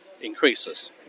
increases